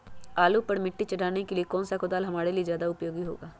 आलू पर मिट्टी चढ़ाने के लिए कौन सा कुदाल हमारे लिए ज्यादा उपयोगी होगा?